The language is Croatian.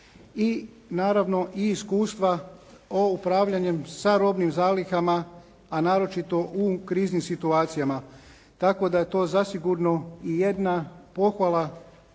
i naravno i iskustva o upravljanjem sa robnim zalihama a naročito u kriznim situacijama. Tako da je to zasigurno i jedna pohvala